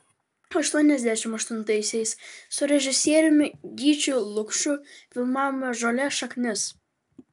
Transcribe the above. aštuoniasdešimt aštuntaisiais su režisieriumi gyčiu lukšu filmavome žolės šaknis